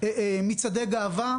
מצעדי גאווה,